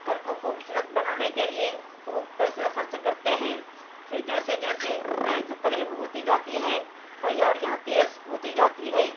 گھر کو خوبصورت بنانے کے لیے خوب پیسے خرچ کرتے ہیں پھر جیسے جیسے عید قریب ہوتی جاتی ہے تیاریاں تیز ہوتی جاتی ہیں